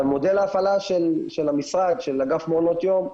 מודל ההפעלה של המשרד, של אגף מעונות יום,